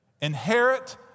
Inherit